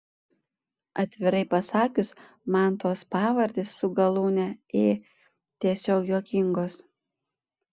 atvirai pasakius man tos pavardės su galūne ė tiesiog juokingos